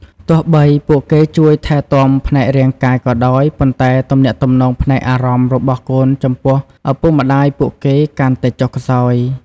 ទោះបីពួកគេជួយថែទាំផ្នែករាងកាយក៏ដោយ ប៉ុន្តែទំនាក់ទំនងផ្នែកអារម្មណ៍របស់កូនចំពោះឪពុកម្ដាយពួកគេកាន់តែចុះខ្សោយ។